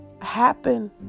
Happen